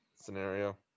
scenario